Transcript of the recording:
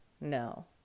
No